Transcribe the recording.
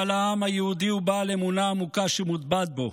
אבל העם היהודי הוא בעל אמונה עמוקה שמוטבעת בו.